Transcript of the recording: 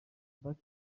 inkunga